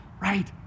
right